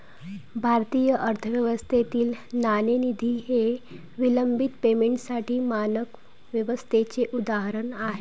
भारतीय अर्थव्यवस्थेतील नाणेनिधी हे विलंबित पेमेंटसाठी मानक व्यवस्थेचे उदाहरण आहे